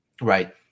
Right